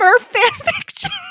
fanfiction